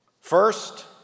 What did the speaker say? First –